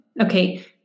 Okay